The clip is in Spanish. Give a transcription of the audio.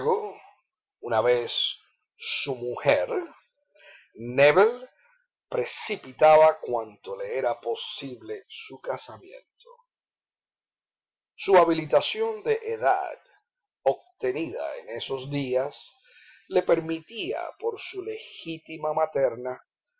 una vez su mujer nébel precipitaba cuanto le era posible su casamiento su habilitación de edad obtenida en esos días le permitía por su legítima materna